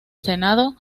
senado